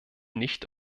nicht